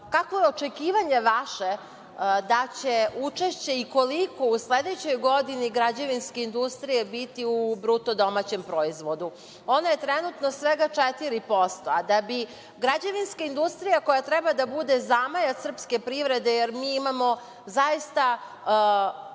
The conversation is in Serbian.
kakvo je očekivanje vaše da će učešće i koliko u sledećoj godini građevinske industrije biti u bruto domaćem proizvodu, ono je trenutno svega 4%, da bi građevinska industrija, koja treba da bude zamajac srpske privrede, jer mi imamo zaista